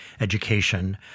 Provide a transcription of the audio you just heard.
Education